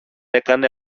έκανε